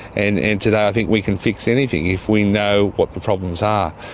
and and today i think we can fix anything if we know what the problems are.